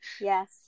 Yes